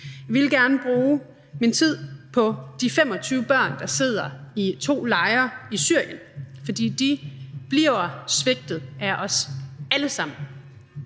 Jeg ville gerne bruge min tid på de 25 børn, der sidder i to lejre i Syrien, for de bliver svigtet af os alle sammen.